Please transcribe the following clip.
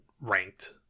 ranked